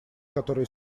которые